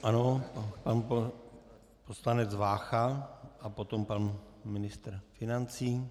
Ano, pan poslanec Vácha a potom pan ministr financí.